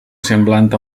semblant